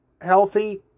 healthy